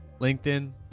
linkedin